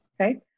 okay